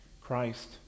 Christ